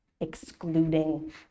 excluding